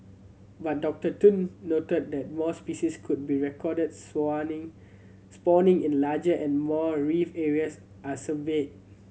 but Doctor Tun noted that more species could be recorded spawning it larger and more reef areas are surveyed